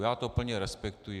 Já to plně respektuji.